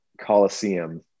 Coliseum